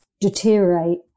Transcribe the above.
deteriorate